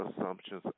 assumptions